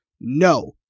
no